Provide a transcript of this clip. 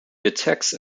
detects